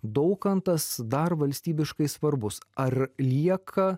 daukantas dar valstybiškai svarbus ar lieka